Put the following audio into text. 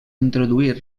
introduir